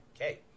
Okay